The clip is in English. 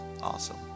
Awesome